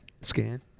scan